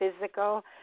physical